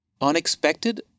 unexpected